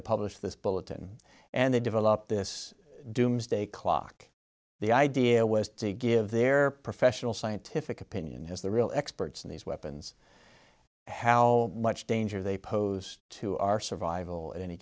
to publish this bulletin and they developed this doomsday clock the idea was to give their professional scientific opinion as the real experts in these weapons how much danger they pose to our survival at any